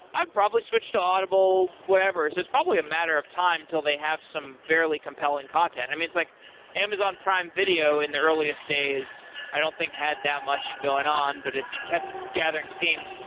i'd probably switch to audible whenever. it's it's probably a matter of time until they have some fairly compelling content. it's like amazon prime video in their earliest days i don't think had that much going on, but it's kept gathering steam.